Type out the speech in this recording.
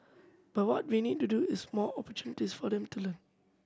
but what we need to do is more opportunities for them to learn